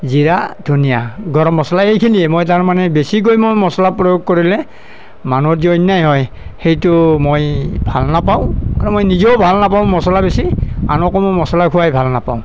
জিৰা ধনিয়া গৰম মছলা এইখিনিয়ে মই তাৰমানে বেছিকৈ মই মছলা প্ৰয়োগ কৰিলে মানুহৰ যে অন্যায় হয় সেইটো মই ভাল নাপাওঁ কাৰণ মই নিজেও ভাল নাপাওঁ মছলা বেছি আনকো মই মছলা খোৱাই ভাল নাপাওঁ